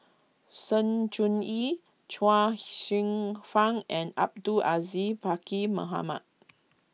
Sng Choon Yee Chuang Hsueh Fang and Abdul Aziz Pakkeer Mohamed